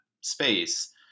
space